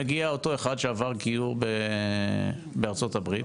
מגיע אותו אחד שעבר גיור בארצות הברית.